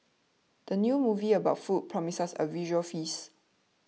the new movie about food promises a visual feast